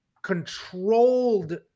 controlled